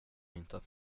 inte